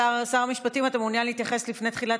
שר המשפטים, אתה מעוניין להתייחס לפני תחילת